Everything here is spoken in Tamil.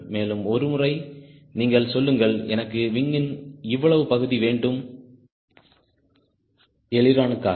மேலும் ஒருமுறை நீங்கள் சொல்லுங்கள் எனக்கு விங்யின் இவ்வளவு பகுதி வேண்டும் அய்லிரோணுக்காக